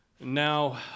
Now